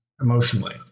emotionally